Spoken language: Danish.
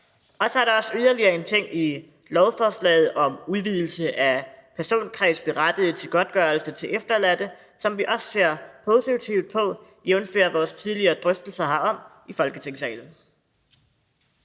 og så er der også yderligere en ting i lovforslaget om udvidelse af personkredsen berettiget til en godtgørelse til efterladte, som vi også ser positivt på, jævnfør vores tidligere drøftelse heraf i Folketingssalen.